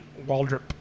Waldrop